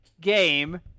game